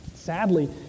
Sadly